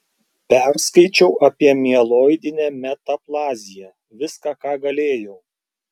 perskaičiau apie mieloidinę metaplaziją viską ką galėjau